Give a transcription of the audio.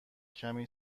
کمی